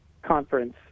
conference